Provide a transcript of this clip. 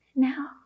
Now